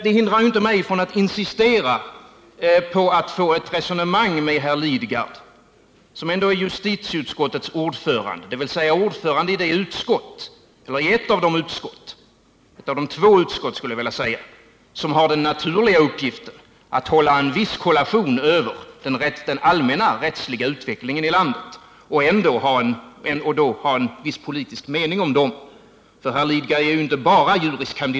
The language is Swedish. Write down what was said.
Det hindrar inte mig från att insistera på att få till stånd ett resonemang med herr Lidgard, som ändå är justitieutskottets ordförande, dvs. ordförande i det ena av de två utskott som har den naturliga uppgiften att hålla en viss kollationering över den allmänna rättsliga utvecklingen i landet och samtidigt ha en viss politisk uppfattning om den. Herr Lidgard är ju inte bara jur. kand.